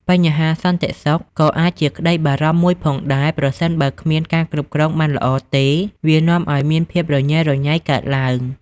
បញ្ហាសន្តិសុខ ក៏អាចជាក្តីបារម្ភមួយផងដែរ ប្រសិនបើគ្មានការគ្រប់គ្រងបានល្អទេ វានាំឲ្យមានភាពរញេរញ៉ៃកើតឡើង។